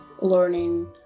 learning